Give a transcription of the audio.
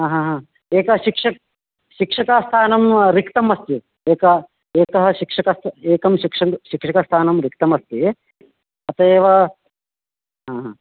हा हा हा एक शिक्षक् शिक्षकस्थानं रिक्तमस्ति एक एकः शिक्षकस्य एकं शिक्षकः शिक्षकस्थानं रिक्तमस्ति अतः एव हा हा